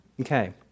Okay